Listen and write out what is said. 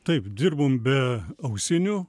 taip dirbom be ausinių